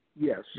yes